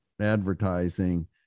advertising